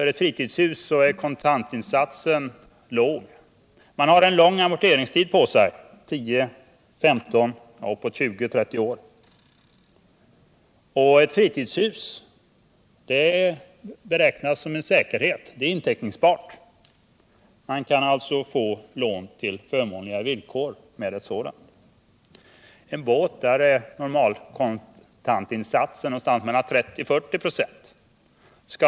Ja, för fritidshus är kontantinsatsen låg, och man har lång amorteringstid, 10-15 år, i vissa fall 20-30 år. Ett fritidshus betraktas som säkerhet — det är inteckningsbart. Man kan alltså få lån på förmånliga villkor med ett sådant som säkerhet. För en båt ligger normalkontantinsatsen någonstans mellan 30 och 40 P6 av inköpspriset.